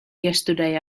yesterday